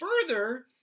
further